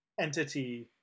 entity